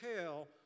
tell